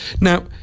Now